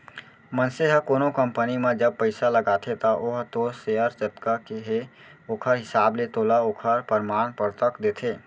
मनसे ह कोनो कंपनी म जब पइसा लगाथे त ओहा तोर सेयर जतका हे ओखर हिसाब ले तोला ओखर परमान पतरक देथे